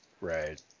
Right